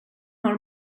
har